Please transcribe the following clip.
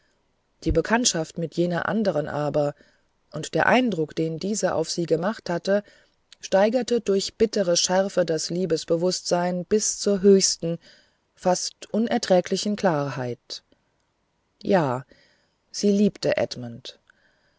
die bekanntschaft mit jener anderen aber und der eindruck den diese auf sie gemacht hatte steigerten durch bittere schärfe das liebesbewußtsein bis zur höchsten fast unerträglichen klarheit ja sie liebte edmund